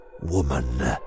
woman